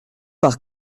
par